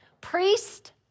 Priest